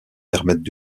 permettent